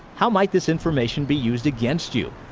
how might this information be used against you?